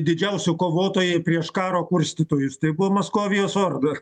didžiausi kovotojai prieš karo kurstytojus tai buvo maskovijos orda